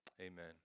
Amen